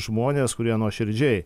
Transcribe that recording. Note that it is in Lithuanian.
žmonės kurie nuoširdžiai